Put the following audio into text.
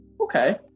Okay